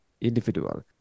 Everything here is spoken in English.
individual